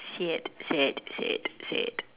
sad sad sad sad